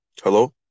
Hello